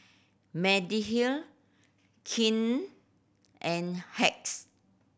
Mediheal King and Hacks